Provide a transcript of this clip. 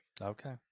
Okay